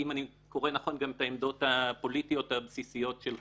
אם אני קורא נכון את העמדות הפוליטיות הבסיסיות שלך: